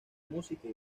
música